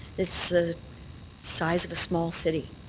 is the size of a small city,